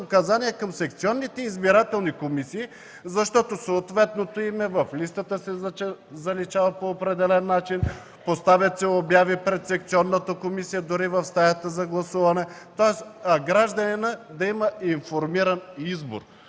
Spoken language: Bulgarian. указания към секционните избирателни комисии, защото съответното име в листата се заличава по определен начин, поставят се обяви пред секционната комисия, дори в стаята за гласуване, тоест гражданинът да има информиран избор.